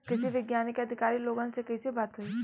कृषि वैज्ञानिक या अधिकारी लोगन से कैसे बात होई?